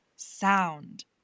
sound